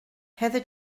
heather